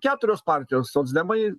keturios partijos socdemai